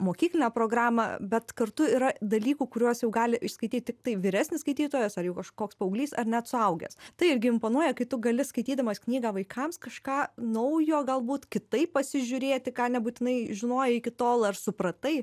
mokyklinę programą bet kartu yra dalykų kuriuos jau gali išskaityt tiktai vyresnis skaitytojas ar jau kažkoks paauglys ar net suaugęs tai irgi imponuoja kai tu gali skaitydamas knygą vaikams kažką naujo galbūt kitaip pasižiūrėti ką nebūtinai žinojai iki tol ar supratai